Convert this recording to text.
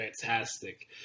fantastic